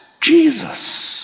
Jesus